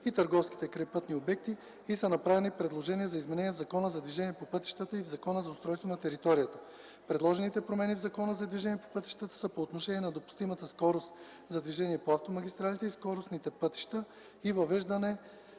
и търговските крайпътни обекти и са направени предложения за изменения в Закона за движение по пътищата и в Закона за устройство на територията. Предложените промени в Закона за движението по пътищата са по отношение на допустимата скорост за движение по автомагистралите и скоростните пътища и въвеждане